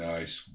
Nice